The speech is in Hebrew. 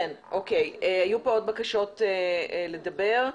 היו עוד בקשות לדבר.